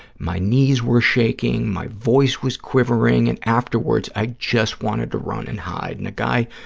my knees were shaking, my voice was quivering, and afterwards i just wanted to run and hide. and a guy,